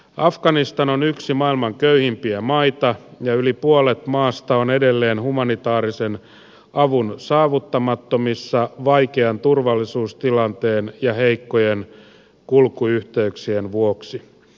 afganistan on yksi maailman köyhimpiä maita ja yli puolet maasta on edelleen humanitaarisen avun saavuttamattomissa vaikean turvallisuustilanteen ja heikkojen kulkuyhteyksien vuoksi